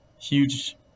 huge